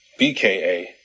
BKA